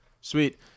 Sweet